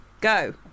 Go